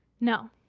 no